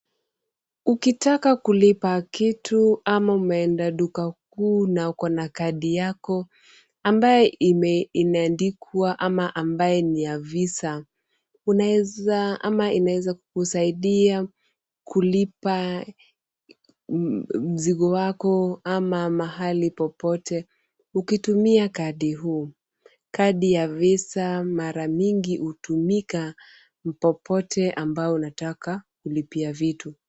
Ukitaka kulipa kitu ama umeenda duka kuu na uko na kadi yako, ambaye imeandikwa ama ambaye ni ya Visa. Unaweza ama inawezakukusaidia kulipa, mzigo wako ama mahali popote ukitumia kadi huu. Kadi ya Visa mara mingi hutumika popote ambapo unataka kulipia vitu.